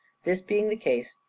this being the case,